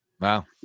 Wow